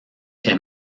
est